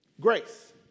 grace